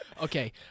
Okay